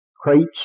crates